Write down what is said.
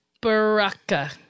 Baraka